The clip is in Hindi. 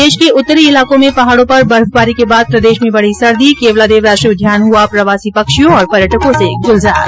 देश के उत्तरी इलाकों में पहाडों पर बर्फबारी के बाद प्रदेश में बढ़ी सर्दी केवलादेव राष्ट्रीय उद्यान हुआ प्रवासी पक्षियों और पर्यटकों से गुलजार